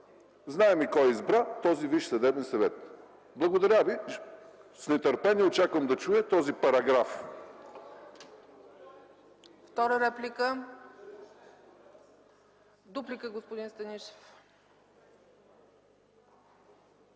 Знаем кой избра този Висш съдебен съвет. Благодаря ви. С нетърпение очаквам да чуя този параграф.